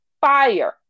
fire